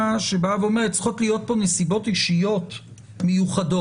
"מיסוד הנסיבות האישיות",